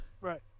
Right